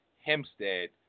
Hempstead